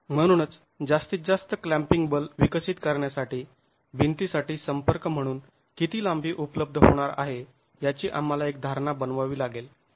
म्हणूनच जास्तीत जास्त क्लॅंपिंग बल विकसित करण्यासाठी भिंतीसाठी संपर्क म्हणून किती लांबी उपलब्ध होणार आहे याची आम्हाला एक धारणा बनवावी लागेल